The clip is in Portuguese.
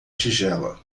tigela